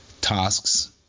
tasks